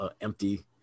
empty